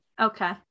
Okay